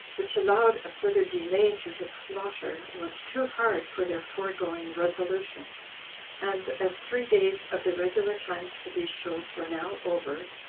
which allowed a further delay to his slaughter, was too hard for their foregoing resolution and as three days of the regular times for these shows were now over,